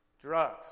drugs